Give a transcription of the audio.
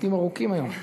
משפטים ארוכים היום.